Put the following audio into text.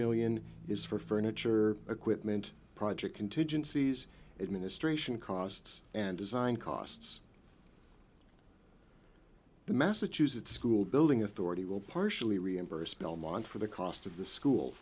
million is for furniture equipment project contingencies administration costs and design costs the massachusetts school building authority will partially reimburse belmont for the cost of the school